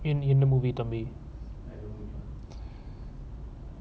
in in the movie தம்பி:thambi